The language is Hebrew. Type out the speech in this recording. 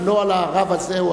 ולא על רב זה או אחר.